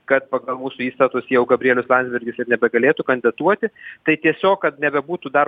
kad pagal mūsų įstatus jau gabrielius landsbergis ir nebegalėtų kandidatuoti tai tiesiog kad nebebūtų dar